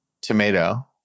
tomato